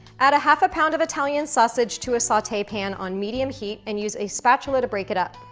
add a half a pound of italian sausage to a saute pan on medium heat, and use a spatula to break it up.